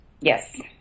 Yes